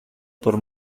por